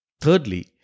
thirdly